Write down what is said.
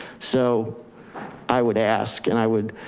so i would ask, and i would